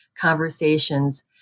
conversations